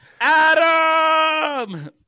Adam